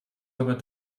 aber